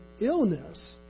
illness